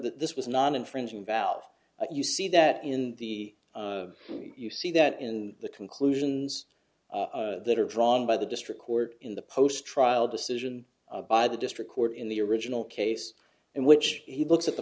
that this was not infringing valve you see that in the you see that in the conclusions that are drawn by the district court in the post trial decision by the district court in the original case in which he looks at the